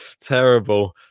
Terrible